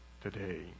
today